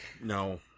No